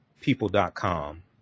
People.com